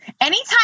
anytime